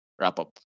wrap-up